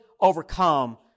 overcome